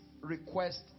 request